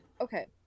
Okay